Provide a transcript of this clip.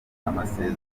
amasezerano